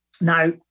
Now